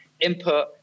input